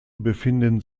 befinden